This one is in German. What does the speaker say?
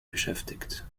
beschäftigt